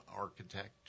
architect